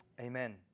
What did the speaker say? Amen